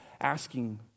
asking